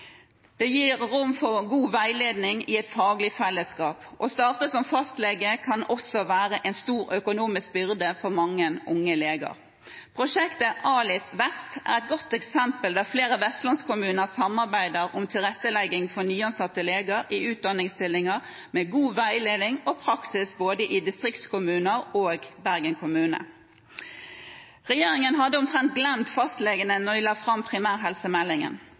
Det gir rom for god veiledning i et faglig fellesskap. Å starte som fastlege kan også være en stor økonomisk byrde for mange unge leger. Prosjektet ALIS-Vest er et godt eksempel, der flere vestlandskommuner samarbeider om tilrettelegging for nyansatte leger i utdanningsstillinger med god veiledning og praksis både i distriktskommuner og i Bergen kommune. Regjeringen hadde omtrent glemt fastlegene da den la fram primærhelsemeldingen.